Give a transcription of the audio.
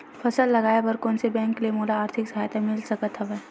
फसल लगाये बर कोन से बैंक ले मोला आर्थिक सहायता मिल सकत हवय?